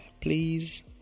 please